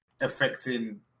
affecting